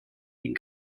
den